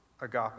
agape